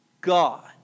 God